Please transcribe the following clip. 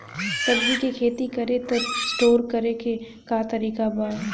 सब्जी के खेती करी त स्टोर करे के का तरीका बा?